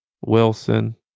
Wilson